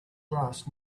grass